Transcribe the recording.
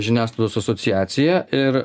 žiniasklaidos asociacija ir